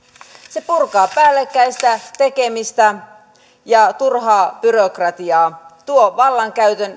se purkaa päällekkäistä tekemistä ja turhaa byrokratiaa tuo vallankäytön